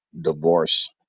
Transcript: divorce